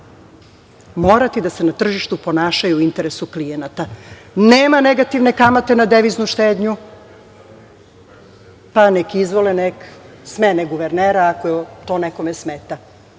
morati da se na tržištu ponašaju u interesu klijenata. Nema negativne kamate na deviznu štednju, pa nek izvole, nek smene guvernera, ako to nekome smeta. Ovde